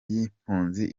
y’impunzi